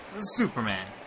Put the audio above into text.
Superman